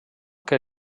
que